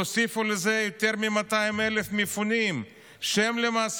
תוסיפו לזה יותר מ-200,000 מפונים שלמעשה